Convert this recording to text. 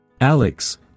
Alex